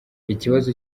ikibazo